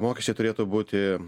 mokesčiai turėtų būti